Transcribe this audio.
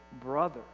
brother